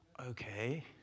okay